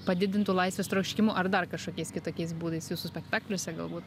padidintu laisvės troškimu ar dar kažkokiais kitokiais būdais jūsų spektakliuose galbūt